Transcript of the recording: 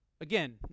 Again